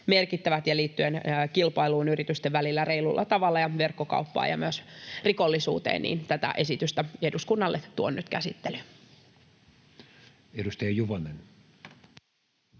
ja liittyvät kilpailuun yritysten välillä reilulla tavalla ja verkkokauppaan ja myös rikollisuuteen, joten tätä esitystä eduskunnalle tuon nyt käsittelyyn.